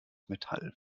metall